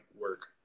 work